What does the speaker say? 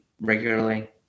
regularly